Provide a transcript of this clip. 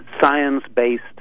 science-based